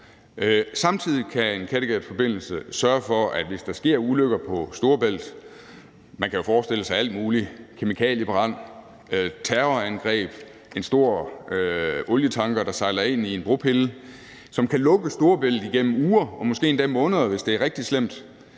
samtidig kan en Kattegatforbindelse sørge for en forbindelse, hvis der sker ulykker på Storebælt. Man kan jo forestille sig alt muligt, altså, en kemikaliebrand, et terrorangreb, en stor olietanker, der sejler ind i en bropille, hvilket kan lukke Storebælt igennem uger og måske endda måneder, hvis det er rigtig slemt,